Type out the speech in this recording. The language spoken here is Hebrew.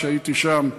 הייתי שם,